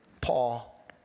Paul